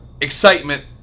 excitement